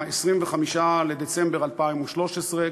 25 בדצמבר 2013,